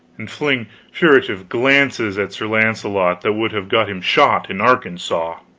and fling furtive glances at sir launcelot that would have got him shot in arkansas,